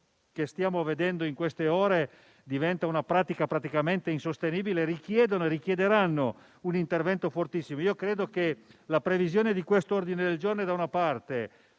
che stiamo vedendo in queste ore diventa una pratica praticamente insostenibile) richiedono e richiederanno un intervento fortissimo. Credo che la previsione di questo ordine del giorno e